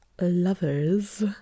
lovers